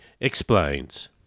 explains